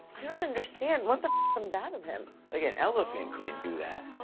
yeah understand. what the comes out of him? like an elephant couldn't do that!